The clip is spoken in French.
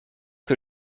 que